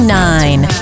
nine